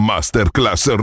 Masterclass